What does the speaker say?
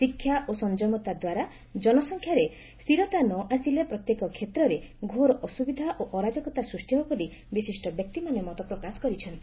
ଶିକ୍ଷା ଓ ସଂଯମତା ଦ୍ୱାରା ଜନସଂଖ୍ୟାରେ ସ୍ଥିତର ନ ଆସିଲେ ପ୍ରତ୍ୟେକ କ୍ଷେତ୍ରରେ ଘୋର ଅସୁବିଧା ଓ ଅରାଜକତା ସୃଷି ହେବ ବୋଲି ବିଶିଷ ବ୍ୟକ୍ତିମାନେ ମତ ପ୍ରକାଶ କରିଛନ୍ତି